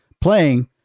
playing